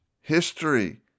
history